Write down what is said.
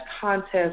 contest